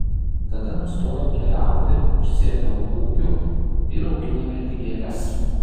tada nustojau keliauti užsiėmiau ūkiu ir auginome tik gėles